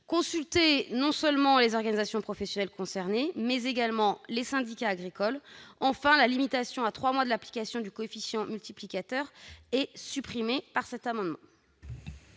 consulter non seulement les organisations professionnelles concernées, mais également les syndicats agricoles. Enfin, la limitation à trois mois de l'application du coefficient multiplicateur est supprimée par le biais de cet